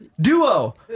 Duo